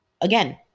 again